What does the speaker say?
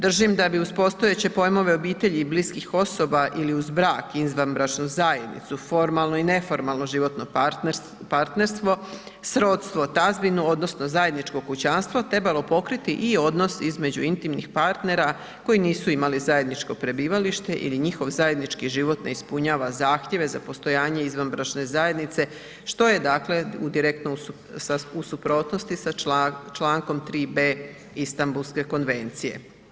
Držim da bi uz postojeće pojmove obitelji i bliskih osoba ili uz brak i izvanbračnu zajednicu formalno i neformalno životno partnerstvo, srodstvo, tazbinu odnosno zajedničko kućanstvo trebalo pokriti i odnos između intimnih partnera koji nisu imali zajedničko prebivalište ili njihov zajednički život ne ispunjava zahtjeve za postojanje izvanbračne zajednice što je, dakle direktno u suprotnosti sa čl. 3.b Istambulske konvencije.